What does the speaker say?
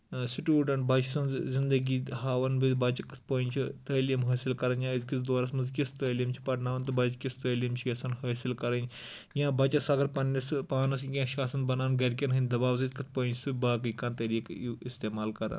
student بچہٕ سٕنٛز زنٛدگی ہاوَان بیٚیہِ بَچہٕ کِتھ پٲٹھۍ چھُ تعلیٖم حٲصِل کَران یا أزکِس دورَس منٛز کژھ تعلیٖم چھِ پرناوان تہٕ بَچہٕ کژھ تعلیٖم چھُ یژھان حٲصِل کرٕنۍ یا بَچس اَگر پَنٕنِس پانَس کیٚنٛہہ چھُ آسان بَنان گرِکٮ۪ن ہٕنٛدۍ دباو سۭتۍ کِتھ کٔنۍ چھُ سُہ باقی کانٛہہ طریٖقہٕ اِستعمال کران